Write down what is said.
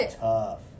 tough